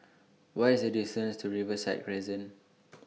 What IS The distance to Riverside Crescent